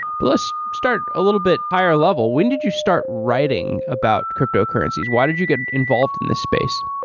but let's start a little bit higher level. when did you start writing about cryptocurrencies? why did you get involved in this space?